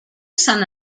sant